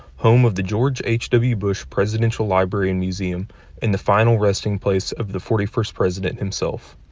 home of the george h w. bush presidential library and museum and the final resting place of the forty first president himself.